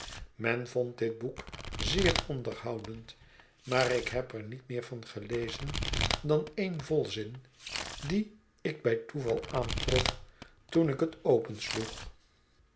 men vond dit boek zeer onderhoudend maar ik heb er niet meer van gelezen dan een volzin dien ik bij toeval aantrof toen ik het